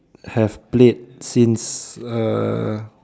have played since err